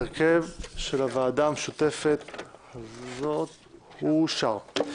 ההרכב של הוועדה המשותפת הזאת אושר.